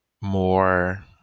more